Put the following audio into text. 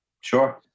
sure